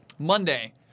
Monday